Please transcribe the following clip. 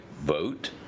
vote